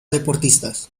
deportistas